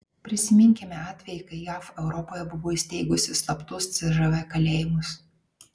prisiminkime atvejį kai jav europoje buvo įsteigusi slaptus cžv kalėjimus